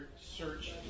search